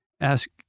ask